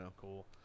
cool